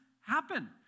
happen